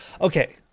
Okay